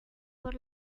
por